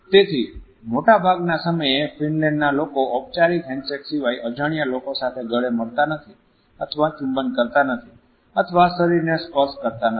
તેથી મોટાભાગના સમયે ફિનલેન્ડ ના લોકો ઔપચારીક હેન્ડશેક સિવાય અજાણ્યા લોકો સાથે ગળે મળતા નથી અથવા ચુંબન કરતા નથી અથવા શરીરને સ્પર્શ કરતા નથી